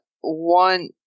one